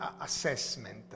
assessment